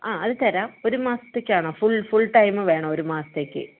ആ അത് തരാം ഒരു മാസത്തേക്കാണോ ഫുൾ ഫുൾ ടൈം വേണോ ഒരു മാസത്തേക്ക്